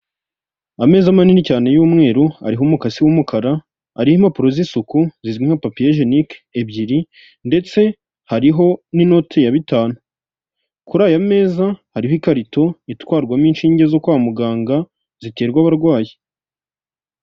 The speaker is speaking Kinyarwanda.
Ameza minini cyane y'umweru ariho umukasi w'umukara, ariho impapuro z'isuku zizwi nka popiye jenike ebyiri ndetse hariho n'inoti ya bitanu, kuri ayo meza hariho ikarito itwarwamo inshinge zo kwa muganga ziterwa abarwayi.